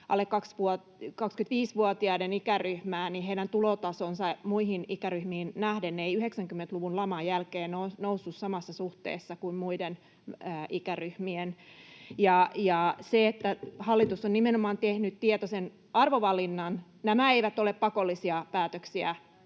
alle 25-vuotiaiden ikäryhmään kuuluvien tulotaso muihin ikäryhmiin nähden ei 90-luvun laman jälkeen ole noussut samassa suhteessa kuin muiden ikäryhmien. Hallitus on nimenomaan tehnyt tietoisen arvovalinnan. Nämä eivät ole pakollisia päätöksiä,